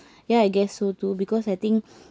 ya I guess so too because I think